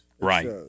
Right